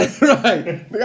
right